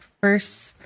first